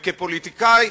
כפוליטיקאי,